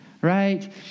Right